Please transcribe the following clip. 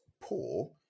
poor